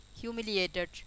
humiliated